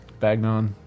Bagnon